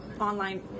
online